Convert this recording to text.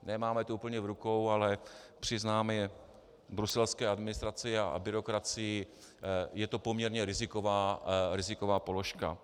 Nemáme to úplně v rukou, ale přiznáme bruselské administraci a byrokracii, je to poměrně riziková položka.